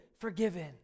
forgiven